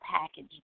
package